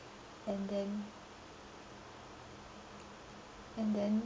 and then and then